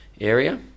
area